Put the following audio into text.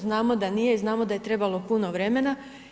Znamo da nije i znamo da je trebalo puno vremena.